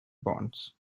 bond